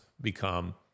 become